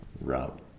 route